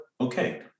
okay